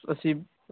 ਅਸੀਂ